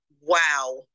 Wow